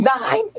nine